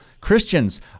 Christians